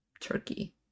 turkey